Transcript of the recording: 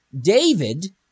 David